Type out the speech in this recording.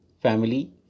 family